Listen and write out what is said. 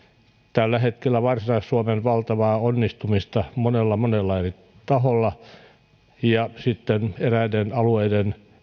tällä hetkellä varsinais suomen valtavaa onnistumista monella monella eri taholla eräiden alueiden